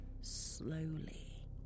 slowly